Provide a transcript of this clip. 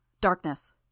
darkness